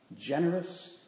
generous